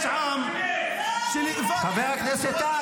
יש עם שנאבק --- חבר הכנסת טאהא,